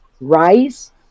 rice